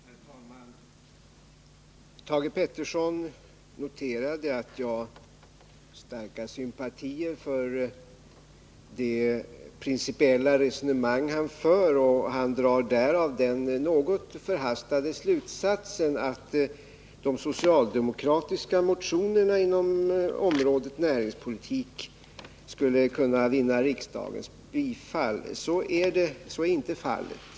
Herr talman! Thage Peterson noterade att jag har starka sympatier för det principiella resonemang han för, och han drar därav den något förhastade slutsatsen att de socialdemokratiska motionerna inom området näringspolitik skulle kunna vinna riksdagens bifall. Så är inte fallet.